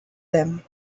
them